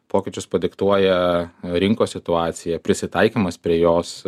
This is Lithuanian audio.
pokyčius padiktuoja rinkos situacija prisitaikymas prie jos